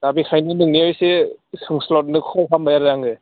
दा बेखायनो नोंनियाव एसे सोंस्लाबनो कल खालामबाय आरो आङो